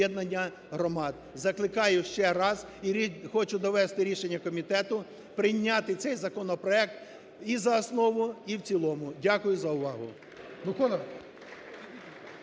Закликаю ще раз і хочу довести рішення комітету прийняти цей законопроект і за основу і в цілому. Дякую за увагу.